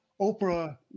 Oprah